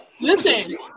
Listen